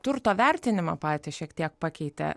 turto vertinimą patį šiek tiek pakeitė